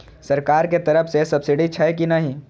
सरकार के तरफ से सब्सीडी छै कि नहिं?